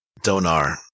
Donar